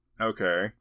Okay